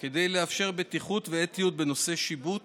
כדי לאפשר בטיחות ואתיות בנושא שיבוט